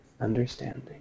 understanding